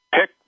pick